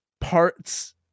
Parts